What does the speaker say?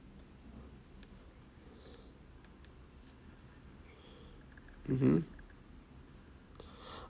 mmhmm